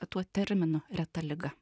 tuo terminu reta liga